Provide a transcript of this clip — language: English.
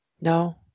No